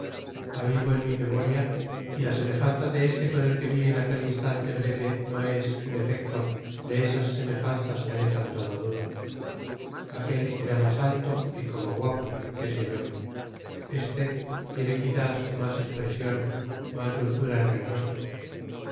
rafaela avivo mi memoria y la semejanza de este con el que vi en aquel instante breve no es en efecto de esas semejanzas que alejan toda duda aquel era más alto y como guapo qué sé yo este tiene quizás más expresión más dulzura en el rostro